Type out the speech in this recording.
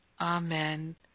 Amen